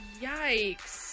Yikes